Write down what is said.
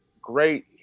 great